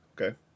okay